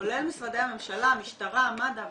כולל משרדי הממשלה, המשטרה, מד"א.